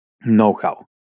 know-how